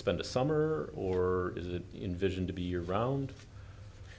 spend a summer or is it in vision to be around